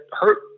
hurt